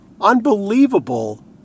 unbelievable